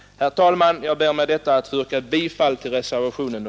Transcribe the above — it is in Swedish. Herr talman! Jag ber med dessa ord att få yrka bifall till reservationen